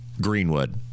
Greenwood